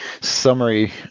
summary